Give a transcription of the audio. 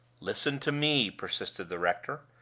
listen to me, persisted the rector.